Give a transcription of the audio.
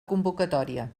convocatòria